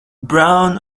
brown